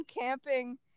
camping